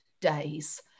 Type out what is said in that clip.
days